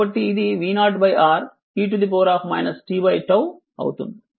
కాబట్టి ఇది v0R e t τ అవుతుంది